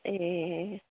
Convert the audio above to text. ए